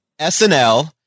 SNL